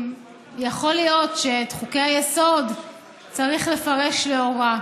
שיכול להיות שאת חוקי-היסוד צריך לפרש לאורה.